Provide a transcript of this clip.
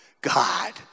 God